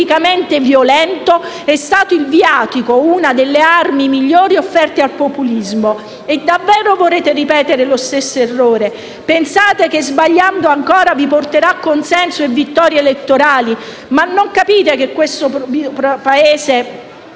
il viatico, una delle armi migliori offerte al populismo. Ora volete davvero ripetere lo stesso errore? Pensate che, sbagliando ancora, vi porterà consenso e vittorie elettorali? Non capite che questo Paese